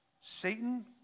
Satan